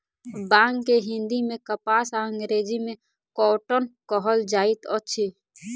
बांग के हिंदी मे कपास आ अंग्रेजी मे कौटन कहल जाइत अछि